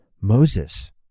Moses